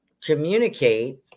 communicate